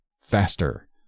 faster